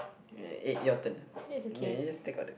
your turn yea you just take out the